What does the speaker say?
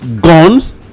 guns